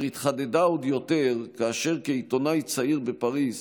והיא התחדדה עוד יותר כאשר כעיתונאי צעיר בפריז